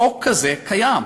חוק כזה קיים,